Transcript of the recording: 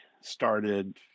started